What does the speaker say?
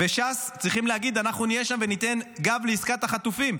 וש"ס צריכים להגיד: אנחנו נהיה שם וניתן גב לעסקת החטופים.